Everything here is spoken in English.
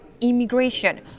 immigration